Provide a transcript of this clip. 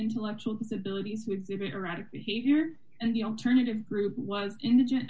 intellectual disabilities exhibit erratic behavior and the alternative group was indigent